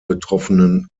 betroffenen